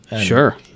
sure